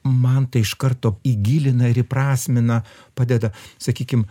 man tai iš karto įgilina ir įprasmina padeda sakykim